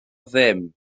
ddim